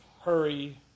hurry